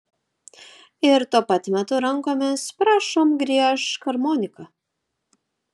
ir tuo pat metu rankomis prašom griežk armonika